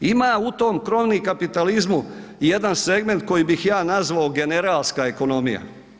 Ima u tom crony kapitalizmu i jedan segment koji bih ja nazvao generalska ekonomija.